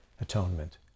atonement